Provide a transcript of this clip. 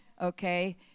okay